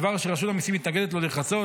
דבר אשר רשות המיסים מתנגדת לו נחרצות